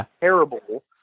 terrible